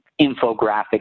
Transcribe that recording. infographic